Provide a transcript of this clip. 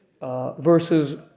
versus